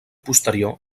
posterior